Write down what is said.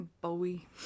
Bowie